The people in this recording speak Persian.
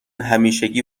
همیشگی